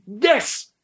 Yes